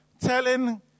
telling